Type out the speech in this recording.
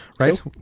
Right